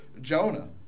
Jonah